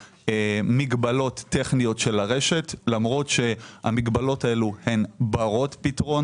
מגבלות טכניות של הרשת למרות שהמגבלות הללו הן ברות פתרון.